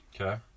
okay